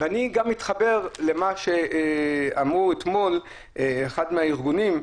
ואני גם מתחבר למה שאמר אתמול נציג מהארגונים,